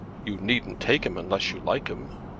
you needn't take him unless you like him.